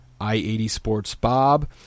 i80sportsbob